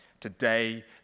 today